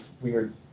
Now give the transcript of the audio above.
weird